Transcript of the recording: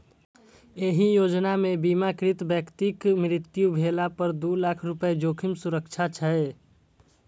एहि योजना मे बीमाकृत व्यक्तिक मृत्यु भेला पर दू लाख रुपैया जोखिम सुरक्षा छै